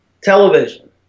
television